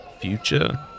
future